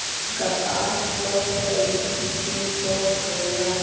कपास क कई किसिम क होला